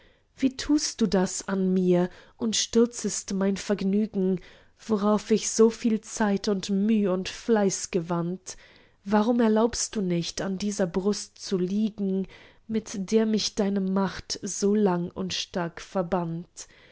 wie tust du das an mir und stürzest mein vergnügen worauf ich soviel zeit und müh und fleiß gewandt warum erlaubst du nicht an dieser brust zu liegen mit der mich deine macht so lang und stark verband